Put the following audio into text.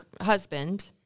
husband